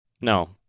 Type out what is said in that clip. No